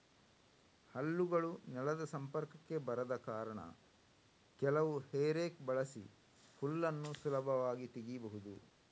ಹಲ್ಲುಗಳು ನೆಲದ ಸಂಪರ್ಕಕ್ಕೆ ಬರದ ಕಾರಣ ಕೆಲವು ಹೇ ರೇಕ್ ಬಳಸಿ ಹುಲ್ಲನ್ನ ಸುಲಭವಾಗಿ ತೆಗೀಬಹುದು